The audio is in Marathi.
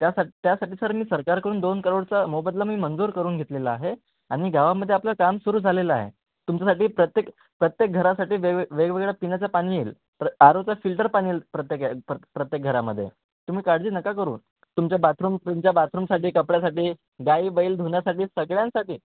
त्यासाट त्यासाठी सर मी सरकारकडून दोन करोडचा मोबदला मी मंजूर करून घेतलेला आहे आणि गावामध्ये आपलं काम सुरू झालेलं आहे तुमच्यासाठी प्रत्येक प्रत्येक घरासाठी वेग वेगवेगळ्या पिण्याचं पाणी येईल प्र आ रोचा फिल्टर पाणी येईल प्रत्येक प्रत्येक घरामध्ये तुम्ही काळजी नका करू तुमच्या बाथरूम तुमच्या बाथरूमसाठी कपड्यासाठी गाई बैल धुण्यासाठी सगळ्यांसाठी